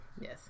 yes